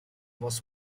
was